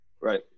Right